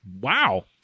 Wow